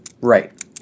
Right